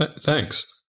thanks